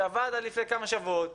שעבד עד לפני כמה שבועות,